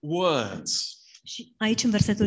words